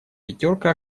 пятерка